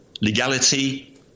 legality